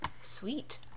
Sweet